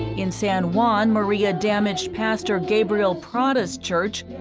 in san juan, maria damaged pastor gabriel prada's church,